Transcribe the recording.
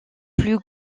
plus